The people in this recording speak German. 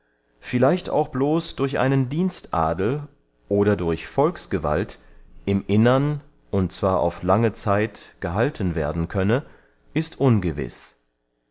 vielleicht auch bloß durch einen dienstadel oder durch volksgewalt im innern und zwar auf lange zeit gehalten werden könne ist ungewis